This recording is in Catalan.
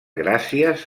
gràcies